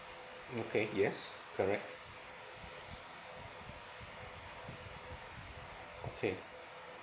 okay yes correct okay